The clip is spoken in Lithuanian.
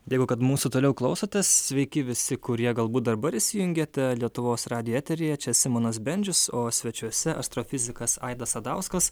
dėkui kad mūsų toliau klausotės sveiki visi kurie galbūt dabar įsijungiate lietuvos radijo eteryje čia simonas bendžius o svečiuose astrofizikas aidas sadauskas